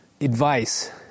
advice